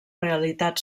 realitat